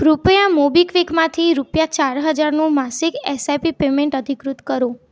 કૃપયા મોબીક્વિકમાંથી રૂપિયા ચાર હજારનું માસિક એસઆઈપી પેમેંટ અધિકૃત કરો